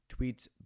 Tweets